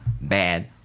bad